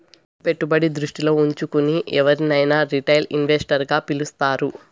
పెట్టుబడి దృష్టిలో ఉంచుకుని ఎవరినైనా రిటైల్ ఇన్వెస్టర్ గా పిలుస్తారు